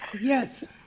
Yes